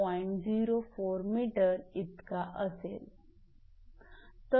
0 𝑚 इतका आहे